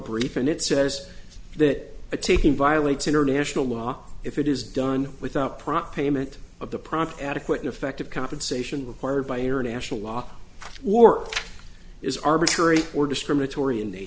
brief and it says that a taking violates international law if it is done without proper payment of the proper adequate effective compensation required by international law war is arbitrary or discriminatory and they